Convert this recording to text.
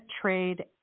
trade